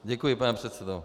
Děkuji, pane předsedo.